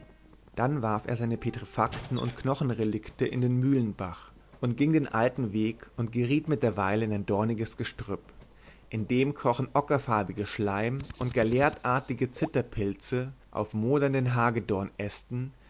dann warf er seine petrefakten und knochenrelikten in den mühlenbach und ging den alten weg und geriet mit der weile in ein dorniges gestrüpp in dem krochen ockerfarbige schleim und gallertige zitterpilze auf modernden